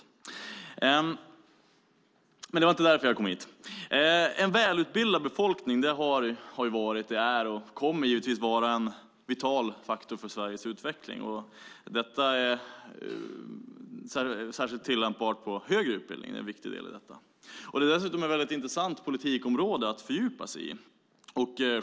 Det var dock inte därför jag kom hit. En välutbildad befolkning har varit, är och kommer givetvis att vara en vital faktor för Sveriges utveckling. Det är särskilt tillämpbart på högre utbildning, som är en mycket viktig del i detta. Det är dessutom ett väldigt intressant politikområde att fördjupa sig i.